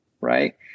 right